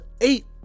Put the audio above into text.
eight